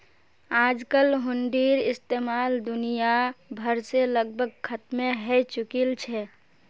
आजकल हुंडीर इस्तेमाल दुनिया भर से लगभग खत्मे हय चुकील छ